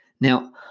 Now